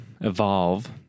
evolve